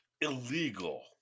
illegal